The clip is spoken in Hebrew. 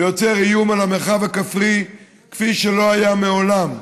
ויוצר איום על המרחב הכפרי כפי שלא היה מעולם.